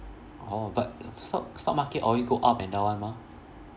orh but stock stock market always go up and down [one] mah